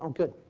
good.